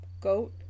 goat